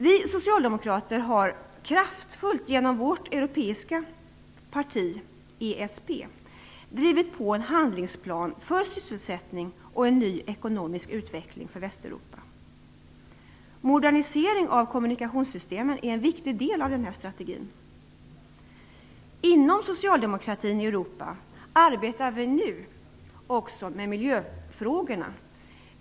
Vi socialdemokrater har kraftfullt genom vårt europeiska parti ESP drivit på en handlingsplan för sysselsättning och en ny ekonomisk utveckling för Västeuropa. Moderninsering av kommunikationssystemen är en viktig del av denna strategi. Inom socialdemokratin i Europa arbetar vi nu också med miljöfrågorna.